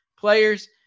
players